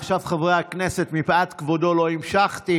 עכשיו, חברי הכנסת, מפאת כבודו לא המשכתי.